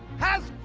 has